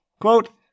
Quote